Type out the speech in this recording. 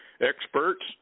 experts